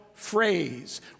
Phrase